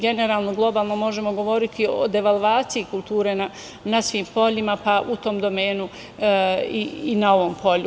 Generalno, globalno možemo govoriti o devalvaciji kulture na svim poljima, pa u tom domenu i na ovom polju.